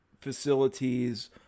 facilities